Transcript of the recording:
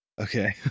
Okay